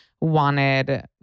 wanted